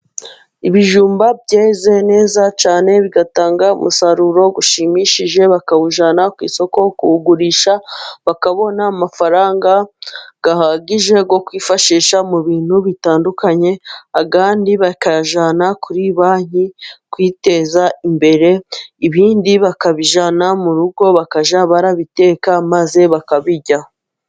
Ibijumba byeze neza cyane bigatanga umusaruro ushimishije, bakawujyana ku isoko kuwugurisha, bakabona amafaranga ahagije yo kwifashisha mu bintu bitandukanye, ayandi bakayajyana kuri banki, kwiteza imbere, ibindi bakabijyana mu rugo bakajya barabiteka maze bakabirya.